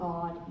God